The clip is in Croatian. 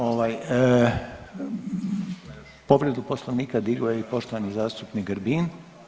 Ovaj, povredu Poslovnika digao je i poštovani zastupnik Grbin.